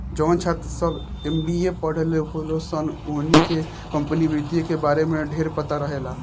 जवन छात्र सभ एम.बी.ए के पढ़ल होलन सन ओहनी के कम्पनी वित्त के बारे में ढेरपता रहेला